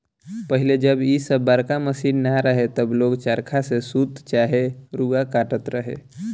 पहिले जब इ सब बड़का मशीन ना रहे तब लोग चरखा से सूत चाहे रुआ काटत रहे